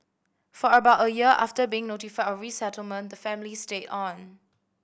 for about a year after being notified of resettlement the family stayed on